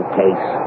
case